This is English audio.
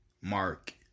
mark